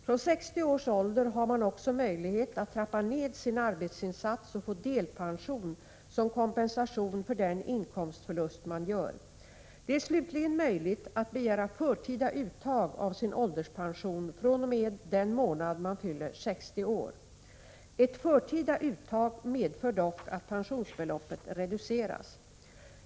Från 60 års ålder har man också möjlighet att trappa ned sin arbetsinsats och få delpension som kompensation för den inkomstförlust man gör. Det är slutligen möjligt att begära förtida uttag av sin ålderspension fr.o.m. den månad man fyller 60 år. Ett förtida uttag medför dock att pensionsbeloppet reduceras.